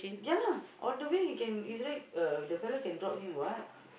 yeah lah on the way he can easily uh the fella can drop him what